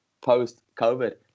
post-COVID